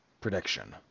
prediction